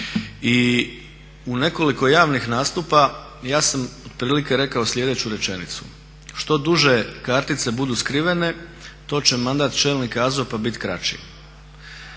i u nekoliko javnih nastupa ja sam otprilike rekao slijedeću rečenicu "Što duže kartice budu skrivene, to će mandat čelnika AZOP-a biti kraći."